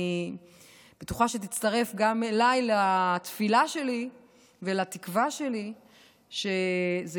אני בטוחה שגם תצטרף אליי לתפילה שלי ולתקווה שלי שזה